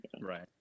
Right